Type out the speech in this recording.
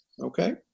Okay